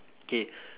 K